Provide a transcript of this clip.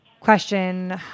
question